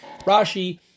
Rashi